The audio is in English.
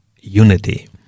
unity